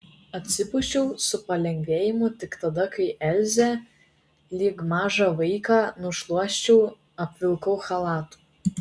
atsipūčiau su palengvėjimu tik tada kai elzę lyg mažą vaiką nušluosčiau apvilkau chalatu